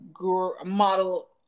model